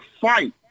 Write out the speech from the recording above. fight